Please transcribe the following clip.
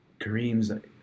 Kareem's